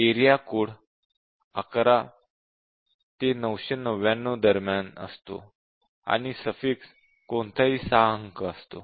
area code 11 ते 999 दरम्यान असतो आणि सफीक्स कोणताही 6 अंक असतो